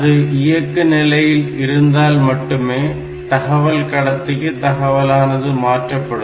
அது இயக்கு நிலையில் இருந்தால் மட்டுமே தகவல் கடத்திக்கு தகவலானது மாற்றப்படும்